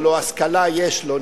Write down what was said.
הלוא השכלה יש לו,